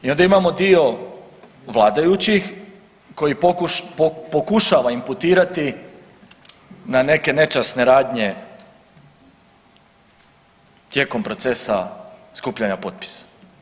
I onda imamo dio vladajućih koji pokušava imputirati na neke nečasne radnje tijekom procesa skupljanja potpisa.